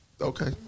Okay